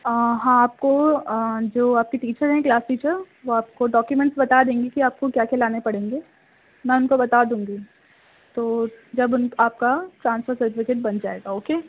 ہاں آپ کو جو آپ کی ٹیچر ہیں کلاس ٹیچر وہ آپ کو ڈاکیومنٹس بتا دیں گی کہ آپ کو کیا کیا لانے پڑیں گے میں ان کو بتا دوں گی تو جب ان آپ کا ٹرانسفر سرٹیفکیٹ بن جائے گا اوکے